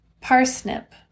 parsnip